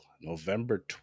November